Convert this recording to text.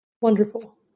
Wonderful